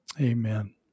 amen